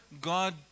God